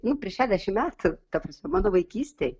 nu prieš šešdešimt metų ta prasme mano vaikystėj